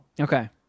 Okay